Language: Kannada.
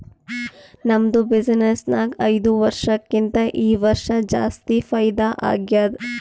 ನಮ್ದು ಬಿಸಿನ್ನೆಸ್ ನಾಗ್ ಐಯ್ದ ವರ್ಷಕ್ಕಿಂತಾ ಈ ವರ್ಷ ಜಾಸ್ತಿ ಫೈದಾ ಆಗ್ಯಾದ್